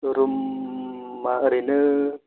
रुमा ओरैनो